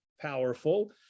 powerful